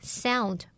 sound